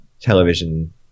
television